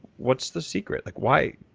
what's the secret? like why,